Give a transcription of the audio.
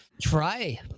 Try